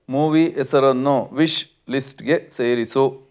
movie ಹೆಸರನ್ನು wish ಲಿಸ್ಟ್ಗೆ ಸೇರಿಸು